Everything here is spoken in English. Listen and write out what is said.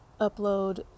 upload